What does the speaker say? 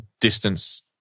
distance